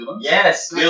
yes